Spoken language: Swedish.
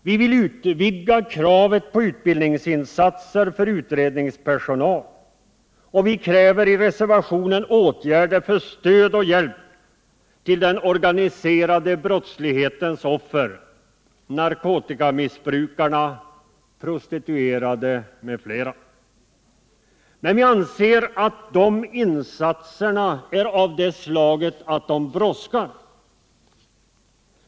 Vi vill utvidga kravet på utbildningsinsatser för utredningspersonal, och vi kräver i reservationen åtgärder för stöd och hjälp till den organiserade brottslighetens offer: narkotikamissbrukare, prostituerade m.fl. Vianseratt insatser av detta slag brådskar!